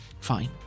fine